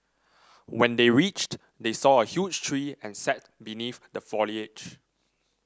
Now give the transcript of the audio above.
when they reached they saw a huge tree and sat beneath the foliage